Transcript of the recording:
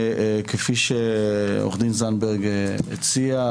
כפי שעורך דין זנדברג הציע,